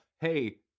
hey